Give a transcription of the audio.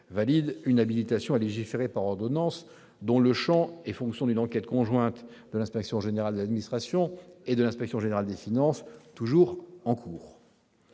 valide une habilitation à légiférer par ordonnance dont le champ est fonction d'une enquête conjointe de l'IGA, l'Inspection générale de l'administration, et de l'IGF, l'Inspection générale des finances, toujours en cours.